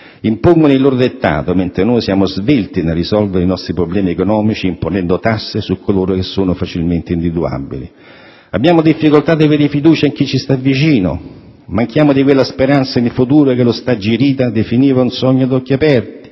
impongono il loro dettato, mentre noi siamo svelti nel risolvere i nostri problemi economici imponendo tasse su coloro che sono facilmente individuabili. Abbiamo difficoltà ad avere fiducia in chi ci sta vicino, manchiamo di quella speranza nel futuro che lo Stagirita definiva un sogno ad occhi aperti